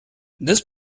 this